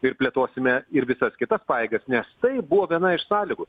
ir plėtosime ir visas kitas pajėgas nes tai buvo viena iš sąlygų